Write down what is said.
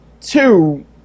Two